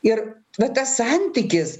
ir va tas santykis